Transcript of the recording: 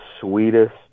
sweetest